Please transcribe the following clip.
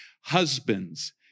Husbands